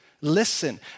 Listen